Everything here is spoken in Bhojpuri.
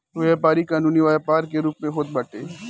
इ व्यापारी कानूनी व्यापार के रूप में होत बाटे